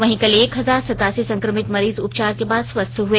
वहीं कल एक हजार सतासी संक्रमित मरीज उपचार के बाद स्वस्थ हए